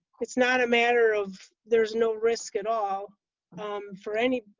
it's not a matter of there's no risk at all for any,